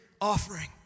offering